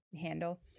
handle